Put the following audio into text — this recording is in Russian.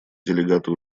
делегаты